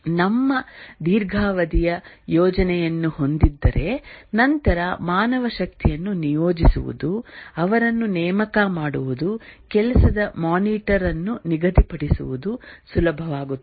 ನಮ್ಮ ದೀರ್ಘಾವಧಿಯ ಯೋಜನೆಯನ್ನು ಹೊಂದಿದ್ದರೆ ನಂತರ ಮಾನವಶಕ್ತಿಯನ್ನು ನಿಯೋಜಿಸುವುದು ಅವರನ್ನು ನೇಮಕ ಮಾಡುವುದು ಕೆಲಸದ ಮಾನಿಟರ್ ಅನ್ನು ನಿಗದಿಪಡಿಸುವುದು ಸುಲಭವಾಗುತ್ತದೆ